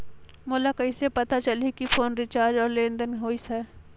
मोला कइसे पता चलही की फोन रिचार्ज और लेनदेन होइस हे?